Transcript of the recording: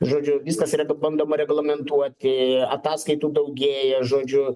žodžiu viskas yra bandoma reglamentuoti ataskaitų daugėja žodžiu